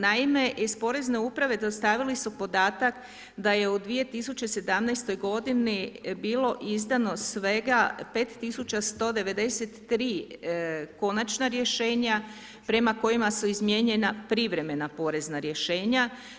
Naime, iz Porezne uprave dostavili su podatak da je u 2017. godini bilo izdano svega 5193 konačna rješenja prema kojima su izmijenjena privremena porezna rješenja.